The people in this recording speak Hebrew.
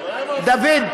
דוד,